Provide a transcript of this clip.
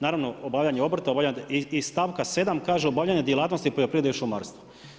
Naravno obavljanje obrta i stavka 7. kaže obavljanje djelatnosti poljoprivrede i šumarstva.